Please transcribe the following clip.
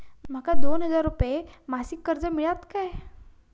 माका दोन हजार रुपये मासिक कर्ज मिळात काय?